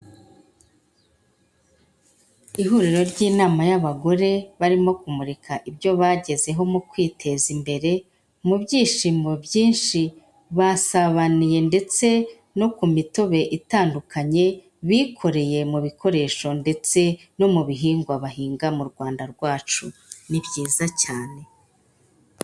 Ihuriro ry'inama y'abagore, barimo kumurika ibyo bagezeho mu kwiteza imbere, mu byishimo byinshi basabaniye ndetse no ku mitobe itandukanye, bikoreye mu bikoresho ndetse no mu bihingwa bahinga mu Rwanda rwacu, ni byiza cyane.